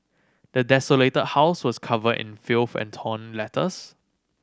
the desolated house was covered in filth and torn letters